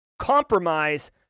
compromise